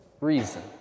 reason